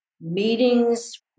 meetings